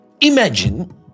imagine